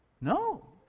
No